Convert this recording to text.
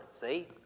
see